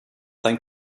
sein